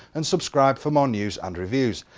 and subscribe for more news and reviews.